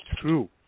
true